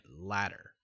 ladder